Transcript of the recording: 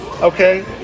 okay